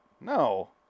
No